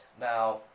Now